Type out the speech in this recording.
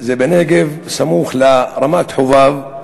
זה בנגב, סמוך לרמת-חובב,